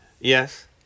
Yes